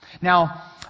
Now